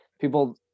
people